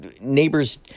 neighbors